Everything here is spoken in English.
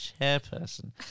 chairperson